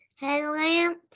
headlamp